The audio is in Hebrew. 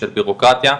של בירוקרטיה,